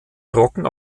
trocken